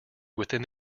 within